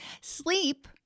Sleep